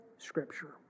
Scripture